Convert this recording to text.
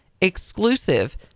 exclusive